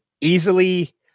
easily